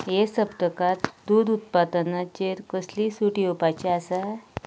हे सप्तकांत दूद उत्पादनांचेर कसलीय सूट येवपाची आसा